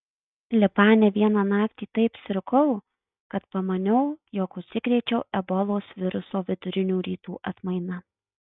libane vieną naktį taip sirgau kad pamaniau jog užsikrėčiau ebolos viruso vidurinių rytų atmaina